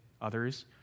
others